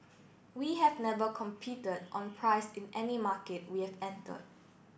we have never competed on price in any market we have entered